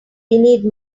need